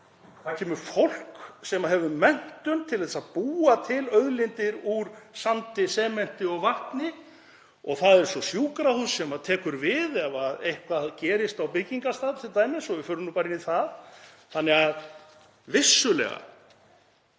það kemur fólk sem hefur menntun til að búa til auðlindir úr sandi, sementi og vatni og það er svo sjúkrahús sem tekur við ef eitthvað gerist á byggingarstað t.d., svo við förum nú bara yfir í það. Vissulega